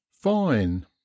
fine